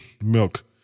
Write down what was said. milk